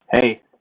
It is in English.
Hey